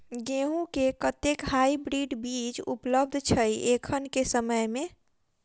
गेंहूँ केँ कतेक हाइब्रिड बीज उपलब्ध छै एखन केँ समय मे?